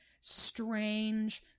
strange